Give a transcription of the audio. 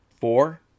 four